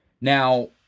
now